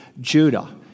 Judah